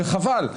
וחבל.